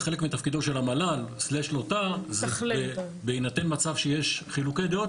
וחלק מתפקידו של המל"ל/לוט"ר זה בהינתן מצב שיש חילוקי דעות,